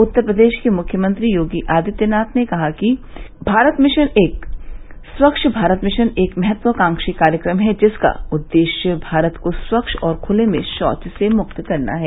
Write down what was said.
उत्तर प्रदेश के मुख्यमंत्री योगी आदित्यनाथ ने कहा कि स्वच्छ भारत मिशन एक महत्वाकांक्षी कार्यक्रम है जिसका उद्देश्य भारत को स्वच्छ और खुले में शौच से मुक्त करना है